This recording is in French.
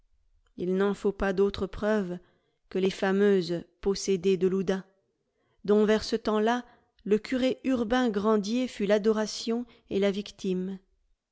il n'en faut pas d'autre preuve que les fameuses possédées de loudun dont vers ce temps-là le curé urbain grandier fut l'adoration et la victime